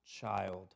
child